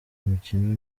mikino